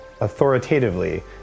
authoritatively